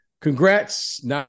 congrats